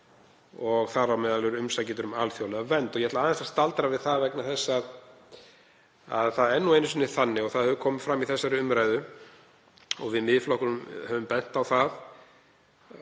þar á meðal eru umsækjendur um alþjóðlega vernd. Ég ætla aðeins að staldra við það vegna þess að það er nú einu sinni þannig, og hefur komið fram í þessari umræðu, og við í Miðflokknum höfum bent á það